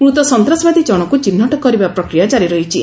ମୃତ ସନ୍ତାସବାଦୀ ଜଣକୁ ଚିହ୍ନଟ କରିବା ପ୍ରକ୍ରିୟା କାରି ରହିଛି